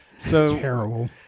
Terrible